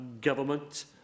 government